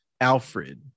Alfred